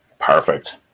Perfect